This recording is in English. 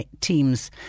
teams